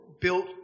built